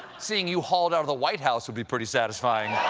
seeing you hauled out of the white house would be pretty satisfying.